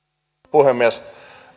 puhemies